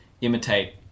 imitate